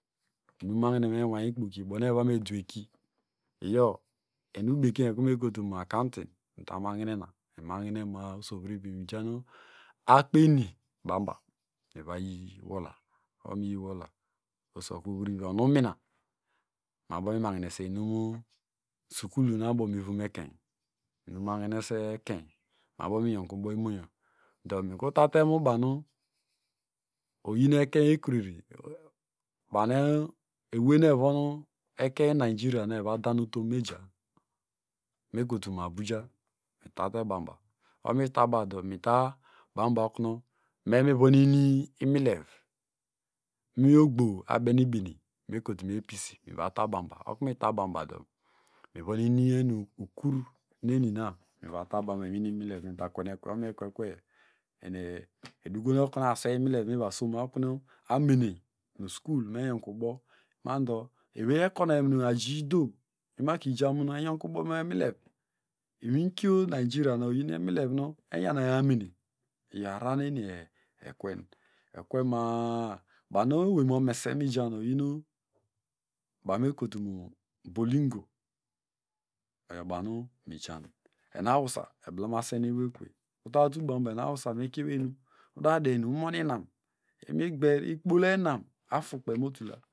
Inumahne menway ikpoki ubonu evamedueki iyo enubekeny ekrumekotu mu akawntin tamahnena mahinema a osovrivi mijanuakpeni bariba ivayi wola ohomiyiwola osokumvunvi onumina meabokumuemahnese inum sukul nu abomuivomekeiyn inumahrese ekeny mebomu enyankubo muimonyo domikrutatemubanu oyinekery ekreri banu eweyno evon ekeny naijiya evadontom meja mekotumu abuja metabebanba okunu itabomubado mitabamsa okunu memivonumlev miogbo abene ibeni mekotumu episi mivatamubanuba okunu mitansabado mivon inienu ukur nenina minwini imilevoura kwenekwe okonu mekwekwe eni edukon okunu aswey imilevmiva soma okunu amene nukru skul menyonkubo mando ewey ekoney nuajidomaki jovmumu engonkubo emleve inwikio naijiriya na oyiemilevnu enyanery amene iyo ararar nueni ekwen ekwema a banuoweymomese mijan oyinu banumekotumu bolingo oyobamu mijan enawusa eblamasenewey okuvey utatulbamuba enuawusa mekiewey inum udadey inum imonionam imigber ikpohinam afukpey motula.